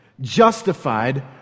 justified